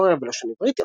היסטוריה ולשון עברית,